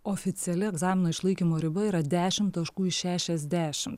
oficiali egzamino išlaikymo riba yra dešim taškų iš šešiasdešim